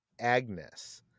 Agnes